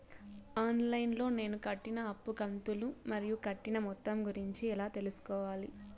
On line లో నేను కట్టిన అప్పు కంతులు మరియు కట్టిన మొత్తం గురించి ఎలా తెలుసుకోవాలి?